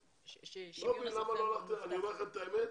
אני אומר לכם את האמת,